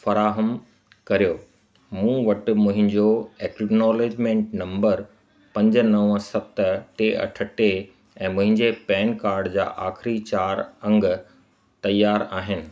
फ़राहम कर्यो मूं वटि मुंहिंजो एक्नॉलेजमेंट नंबर पंज नव सत टे अठ टे ऐं मुंहिंजे पैन कार्ड जा आख़िरी चार अंग तयारु आहिनि